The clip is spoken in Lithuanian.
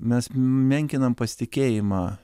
mes menkinam pasitikėjimą